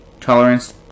tolerance